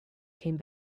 came